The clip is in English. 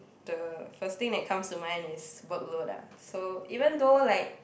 the first thing that comes to mind is workload lah so even though like